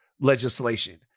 legislation